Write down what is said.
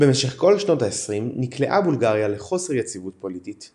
במשך כל שנות ה-20 נקלעה בולגריה לחוסר יציבות פוליטית,